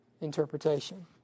interpretation